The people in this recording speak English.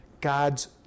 God's